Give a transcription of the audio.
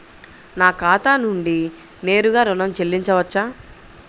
నా ఖాతా నుండి నేరుగా ఋణం చెల్లించవచ్చా?